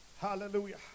hallelujah